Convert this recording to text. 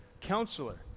counselor